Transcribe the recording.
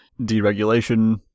deregulation